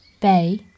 bay